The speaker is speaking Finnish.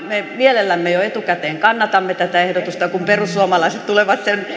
me mielellämme jo etukäteen kannatamme tätä ehdotusta kun perussuomalaiset tulee sen